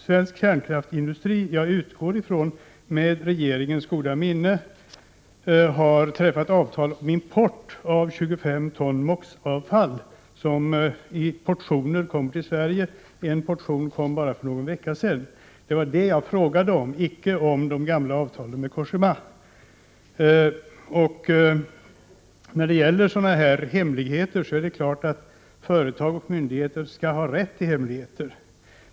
Svensk kärnkraftsindustri har — jag utgår ifrån regeringens goda minne — träffat avtal om import av 25 ton MOX-avfall, som i portioner kommer till Sverige. En portion kom bara för någon vecka sedan. Det var det jag frågade om, icke om de gamla avtalen med Cogéma. Det är klart att företag och myndigheter skall ha rätt till hemligheter.